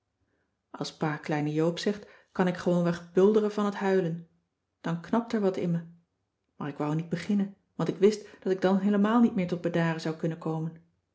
als pa kleine joop zegt kan ik gewoonweg bulderen van het huilen dan knapt er wat in me maar ik wou niet beginnen want ik wist dat ik dan heelemaal niet meer tot bedaren zou kunnen komen